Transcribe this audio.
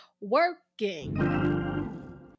working